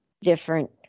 different